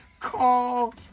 Call